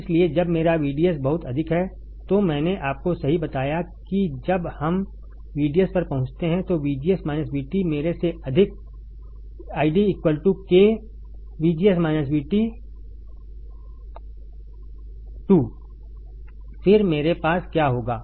इसलिए जब मेरा VDS बहुत अधिक है तो मैंने आपको सही बताया कि जब हम VDS पर पहुँचते हैं तो VGS VT मेरे से अधिक ID k 2 फिर मेरे पास क्या होगा